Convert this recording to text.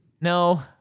No